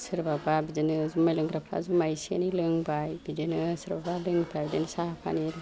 सोरबाबा बिदिनो जुमाय लोंग्राफ्रा जुमाय एसे एनै लोंबाय बिदिनो सोरबाबा लोङैफ्रा बिदिनो साहा फानि